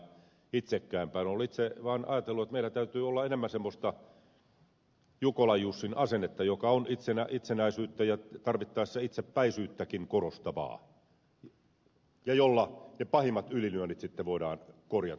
olen itse vaan ajatellut että meillä täytyy olla enemmän semmoista jukolan jussin asennetta joka on itsenäisyyttä ja tarvittaessa itsepäisyyttäkin korostavaa ja jolla ne pahimmat ylilyönnit sitten voidaan korjata